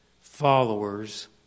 followers